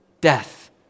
death